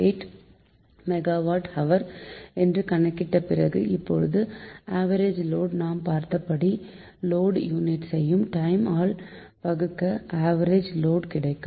8 megawatt hour என்று கணக்கிட்ட பிறகு இப்போது ஆவரேஜ் லோடு நாம் பார்த்தபடி லோடு யூனிட்ஸ் ஐ டைம் ஆல் வகுக்க ஆவரேஜ் லோடு கிடைக்கும்